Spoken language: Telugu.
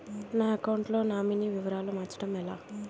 నా అకౌంట్ లో నామినీ వివరాలు మార్చటం ఎలా?